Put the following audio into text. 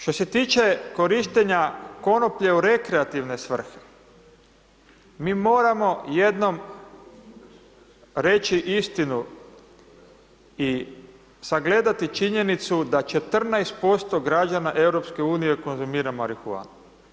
Što se tiče korištenja konoplje u rekreativne svrhe, mi moramo jednom reći istinu i sagledati činjenicu da 14% građana EU-a konzumira marihuanu.